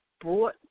brought